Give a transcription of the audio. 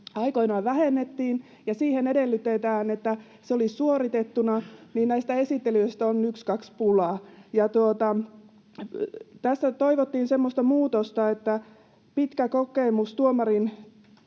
aikoinaan vähennettiin ja siihen edellytetään, että se olisi suoritettuna, niin näistä esittelijöistä on ykskaks pulaa. Tässä toivottiin semmoista muutosta, että muu vastaava